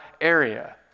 area